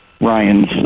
Ryan's